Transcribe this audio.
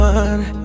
one